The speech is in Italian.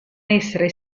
essere